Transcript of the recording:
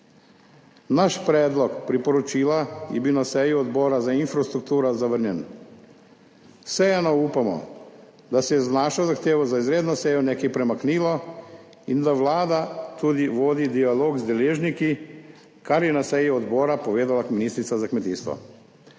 Naš predlog priporočila je bil na seji Odbora za infrastrukturo zavrnjen. Vseeno upamo, da se je z našo zahtevo za izredno sejo nekaj premaknilo in da Vlada tudi vodi dialog z deležniki, kar je na seji odbora povedala ministrica za kmetijstvo.